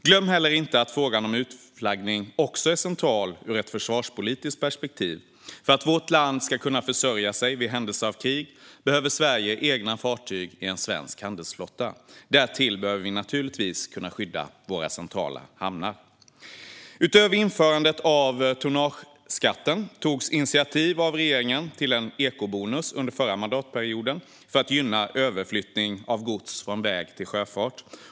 Glöm heller inte att frågan om utflaggning också är central ur ett försvarspolitiskt perspektiv. För att vårt land ska kunna försörja sig i händelse av krig behöver Sverige egna fartyg i en svensk handelsflotta. Därtill behöver vi naturligtvis kunna skydda våra centrala hamnar. Utöver införandet av tonnageskatten tog regeringen under den förra mandatperioden initiativ till en ekobonus för att gynna överflyttning av gods från väg till sjöfart.